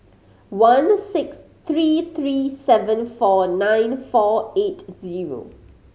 one six three three seven four nine four eight zero